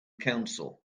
council